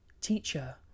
Teacher